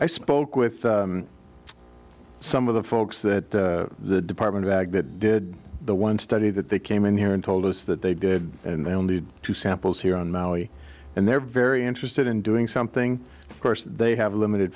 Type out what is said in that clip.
i spoke with some of the folks that the department of ag that did the one study that they came in here and told us that they did and only two samples here on maui and they're very interested in doing something course they have limited